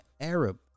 Arab